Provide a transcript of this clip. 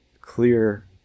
clear